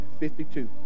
52